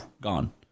Gone